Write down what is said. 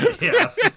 Yes